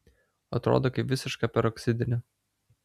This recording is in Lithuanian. atrodo kaip visiška peroksidinė